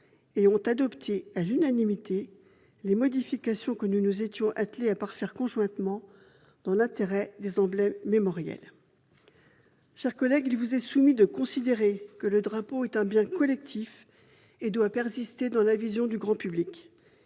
et ont adopté, à l'unanimité, les modifications que nous nous étions attelées à parfaire conjointement, dans l'intérêt de la sauvegarde des emblèmes mémoriels. Chers collègues, il vous est proposé de considérer que le drapeau est un bien collectif, qui doit demeurer visible du grand public.